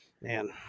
man